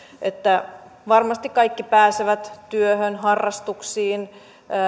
että varmasti kaikki pääsevät työhön harrastuksiin